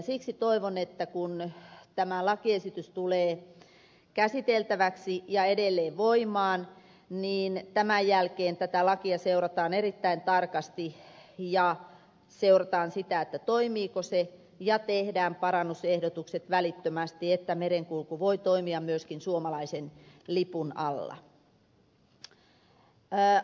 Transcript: siksi toivon että kun tämä lakiesitys tulee käsiteltäväksi ja edelleen voimaan niin tämän jälkeen tätä lakia seurataan erittäin tarkasti ja seurataan sitä toimiiko se ja tehdään parannusehdotukset välittömästi niin että merenkulku voi toimia myöskin suomalaisen lipun alla